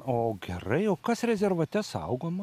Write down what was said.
o gerai o kas rezervate saugoma